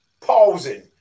pausing